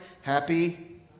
happy